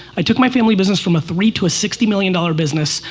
i took my family business from a three to a sixty million dollars business.